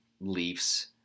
Leafs